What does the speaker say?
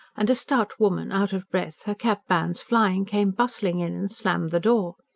and a stout woman, out of breath, her cap-bands flying, came bustling in and slammed the door.